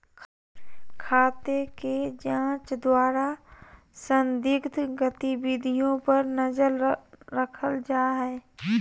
खाते के जांच द्वारा संदिग्ध गतिविधियों पर नजर रखल जा हइ